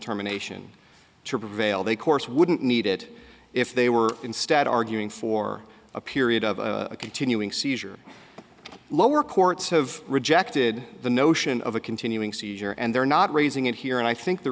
terminations to prevail they course wouldn't need it if they were instead arguing for a period of continuing seizure lower courts have rejected the notion of a continuing seizure and they're not raising it here and i think the